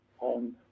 on